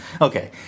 Okay